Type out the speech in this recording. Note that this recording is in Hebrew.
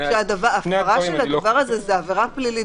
הפרה של הדבר הזה היא עבירה פלילית.